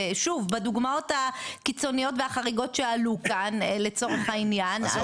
שוב בדוגמאות הקיצוניות והחריגות שעלו כאן לצורך העניין.